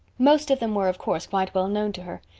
most of them were, of course, quite well known to her.